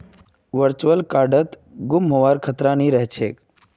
virtual कार्डत गुम हबार खतरा नइ रह छेक